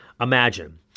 imagine